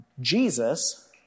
Jesus